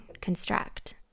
construct